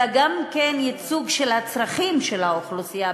אלא גם כן ייצוג של הצרכים של האוכלוסייה,